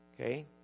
Okay